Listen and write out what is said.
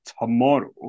tomorrow